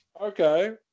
Okay